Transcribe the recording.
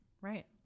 right